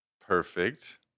Perfect